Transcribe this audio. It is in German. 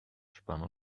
spanne